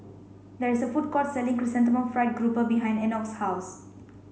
there is a food court selling chrysanthemum fried grouper behind Enoch's house